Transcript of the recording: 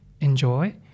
enjoy